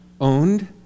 owned